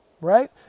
right